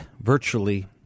virtually